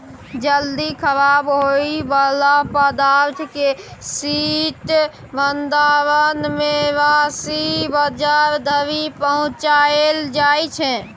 जल्दी खराब होइ बला पदार्थ केँ शीत भंडारण मे राखि बजार धरि पहुँचाएल जाइ छै